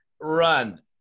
run